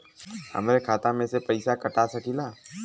हमरे खाता में से पैसा कटा सकी ला?